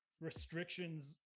restrictions